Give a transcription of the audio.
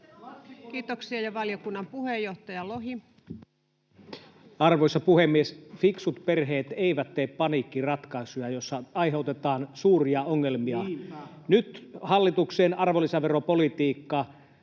Kiitoksia. — Valiokunnan puheenjohtaja Lohi. Arvoisa puhemies! Fiksut perheet eivät tee paniikkiratkaisuja, joilla aiheutetaan suuria ongelmia. [Antti Kurvinen: Niinpä!] Nyt hallituksen arvonlisäveropolitiikka....